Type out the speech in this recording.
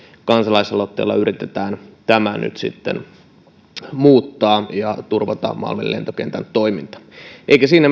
kansalaisaloitteella yritetään tämä muuttaa ja turvata malmin lentokentän toiminta eikä siinä